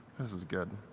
this is good.